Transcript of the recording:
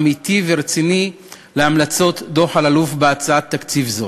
אמיתי ורציני של המלצות דוח אלאלוף בהצעת תקציב זו.